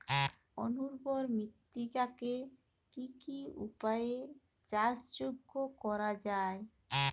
অনুর্বর মৃত্তিকাকে কি কি উপায়ে চাষযোগ্য করা যায়?